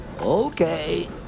Okay